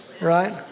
right